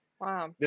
Wow